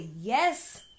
yes